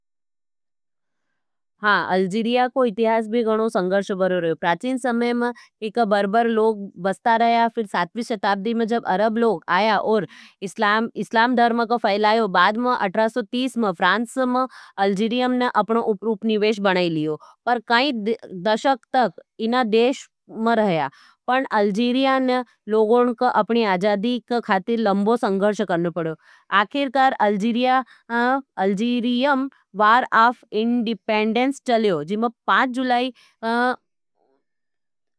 हाँ, अलजीरिया को इतिहास भी गणों संगर्ष बरो रहो। प्राचीन समय में एक बरबर लोग बसता रहया, फिर सातवी शताब्दी में जब अरब लोग आया और इस्लाम धर्म को फैलायो, बाद में अट्ठारह सौ तीस में, फ्रांस में, अलजीरियम न अपनो उपनिवेश बनाई लियो। पर काई दशक तक इना देश में रहया।